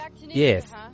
Yes